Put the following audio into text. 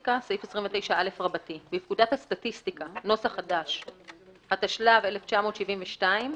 הסטטיסטיקה 29א. בפקודת הסטטיסטיקה , התשל"ב 1972,